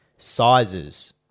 sizes